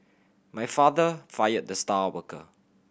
my father fired the star worker